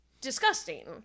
disgusting